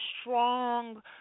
strong